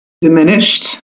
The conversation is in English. diminished